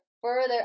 further